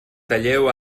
talleu